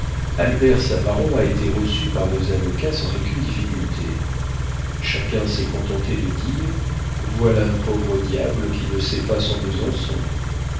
albert savaron a été reçu par nos avocats sans aucune difficulté chacun s'est contenté de dire voilà un pauvre diable qui ne sait pas son besançon